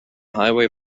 highway